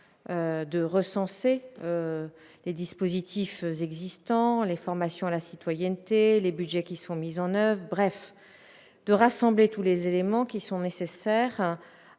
de recenser les dispositifs existants, les formations à la citoyenneté, les Budgets qui sont mises en oeuvre, bref de rassembler tous les éléments qui sont nécessaires